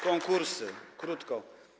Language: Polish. Konkursy - krótko.